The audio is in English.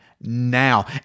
now